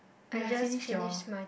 you have finished your